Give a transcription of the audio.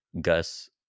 Gus